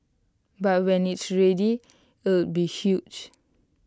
but when it's ready it'll be huge